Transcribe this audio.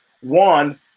One